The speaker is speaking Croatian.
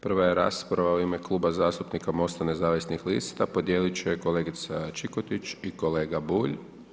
Prva je rasprava u ime Kluba zastupnika MOST-a nezavisnih lista, podijelit će kolegice Čikotić i kolega Bulj.